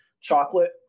chocolate